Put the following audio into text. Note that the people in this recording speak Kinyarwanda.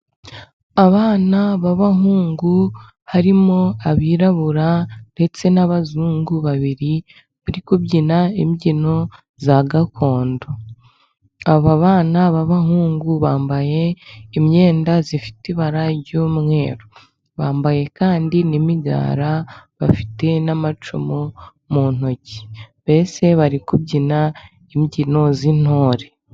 Abana b'abahungu harimo abirabura ndetse n'abazungu babiri. Bari kubyina imbyino za gakondo. Aba bana b'abahungu bambaye imyenda ifite ibara ry'umweru. Bambaye kandi n'imigara, bafite n'amacumu mu ntoki. Mbese bari kubyina imbyino z'intore.